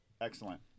Excellent